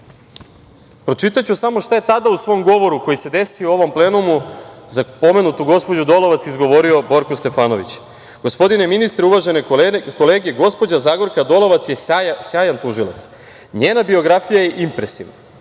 pročitaću samo šta je tada u svom govoru, koji se desio u ovom plenumu, za pomenutu gospođu Dolovac izgovorio Borko Stefanović. „Gospodine ministre, uvažene kolege, gospođa Zagorka Dolovac je sjajan tužilac. Njena biografija je impresivna.